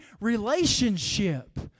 relationship